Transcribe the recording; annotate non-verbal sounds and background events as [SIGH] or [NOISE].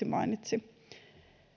[UNINTELLIGIBLE] mainitsi